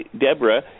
Deborah